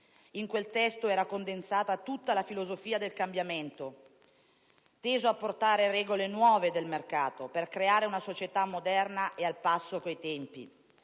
In quel testo era condensata tutta la filosofia del cambiamento, teso a portare regole nuove del mercato per creare una società moderna e al passo coi tempi.